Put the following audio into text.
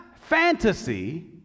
fantasy